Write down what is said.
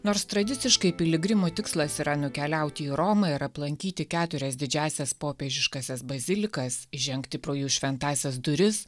nors tradiciškai piligrimų tikslas yra nukeliauti į romą ir aplankyti keturias didžiąsias popiežiškąsias bazilikas įžengti pro jų šventąsias duris